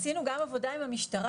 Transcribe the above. עשינו גם עבודה עם המשטרה,